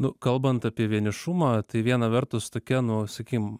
nu kalbant apie vienišumą tai viena vertus tokia nu sakykim